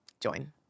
join